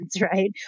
right